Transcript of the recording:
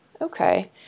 okay